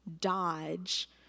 dodge